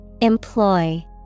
Employ